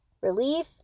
Relief